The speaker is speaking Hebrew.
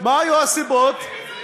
עשינו דיון השבוע.